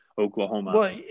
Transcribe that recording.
Oklahoma